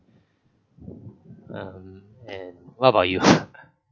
mm and what about you